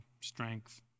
strength